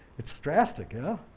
it's drastic. yeah